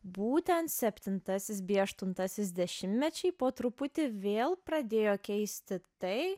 būtent septintasis bei aštuntasis dešimtmečiai po truputį vėl pradėjo keisti tai